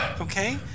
Okay